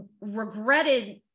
regretted